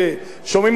שומעים על פושעים,